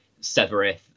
Severith